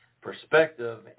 perspective